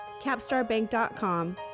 capstarbank.com